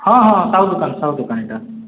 ହଁ ହଁ ସାହୁ ଦୁକାନ୍ ସାହୁ ଦୁକାନ୍ ଇ'ଟା